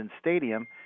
Stadium